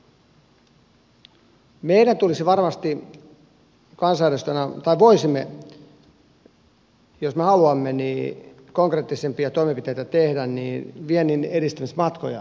meidän tulisi varmasti kansanedustajina tai voisimme jos me haluamme konkreettisempia toimenpiteitä tehdä vienninedistämismatkoja alkaa tekemään